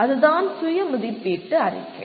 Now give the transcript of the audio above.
அதுதான் சுய மதிப்பீட்டு அறிக்கை